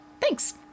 thanks